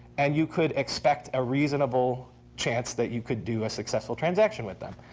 and you could expect a reasonable chance that you could do a successful transaction with them.